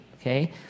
Okay